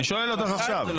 אני שואל אותך עכשיו.